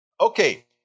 Okay